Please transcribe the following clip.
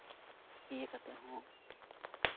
ᱤᱭᱟᱹ ᱠᱟᱛᱮ ᱦᱚᱸ